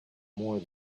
more